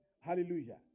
Hallelujah